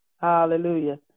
Hallelujah